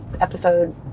episode